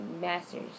master's